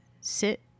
sit